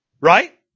Right